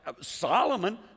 Solomon